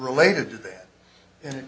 related to that and